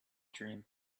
dream